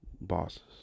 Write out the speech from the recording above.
bosses